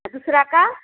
वह दूसरा का